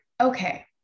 okay